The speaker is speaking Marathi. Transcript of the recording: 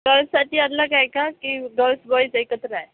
गर्ल्ससाठी अलग आहे का की गर्ल्स बॉईज एकत्र आहे